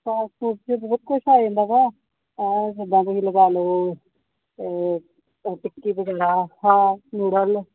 fast food 'ਚ ਬਹੁਤ ਕੁਝ ਆ ਜਾਂਦਾ ਗਾ ਅ ਜਿੱਦਾਂ ਤੁਸੀਂ ਲਗਾ ਲਓ ਟਿੱਕੀ ਵਗੈਗਾ ਹਾ ਨੂਡਲ